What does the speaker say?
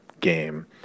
game